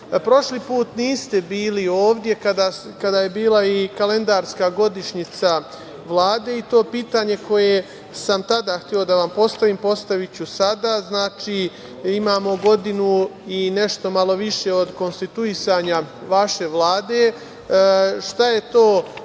put niste bili ovde, kada je bila i kalendarska godišnjica Vlade i to pitanje koje sam tada hteo da vam postavim postaviću sada. Znači, imamo godinu i nešto malo više od konstituisanja vaše Vlade. Šta je to po